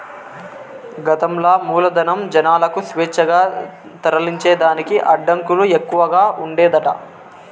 గతంల మూలధనం, జనాలకు స్వేచ్ఛగా తరలించేదానికి అడ్డంకులు ఎక్కవగా ఉండేదట